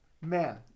man